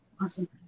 Awesome